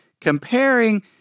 comparing